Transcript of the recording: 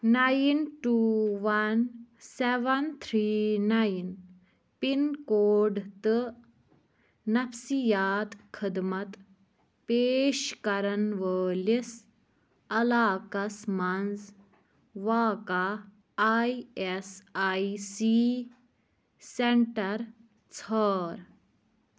nine two one seven three nine pin code تہٕ نفسِیات خدمت پیش کرن وٲلِس علاقس مَنٛز واقع I S I C centre ژھار